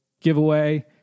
giveaway